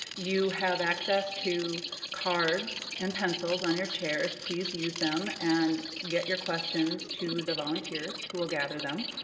you have access to cards and pencils on your chairs. please use them and get your questions to the volunteers who will gather them.